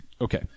Okay